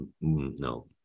no